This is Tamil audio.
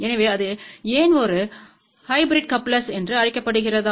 எனவே அது ஏன் ஒரு ஹைபிரிட் கப்லெர்ஸ் என்று அழைக்கப்படுகிறதா